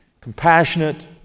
compassionate